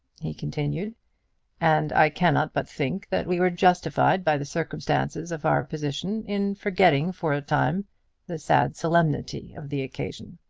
he continued and i cannot but think that we were justified by the circumstances of our position in forgetting for a time the sad solemnity of the occasion.